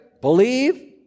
believe